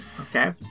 Okay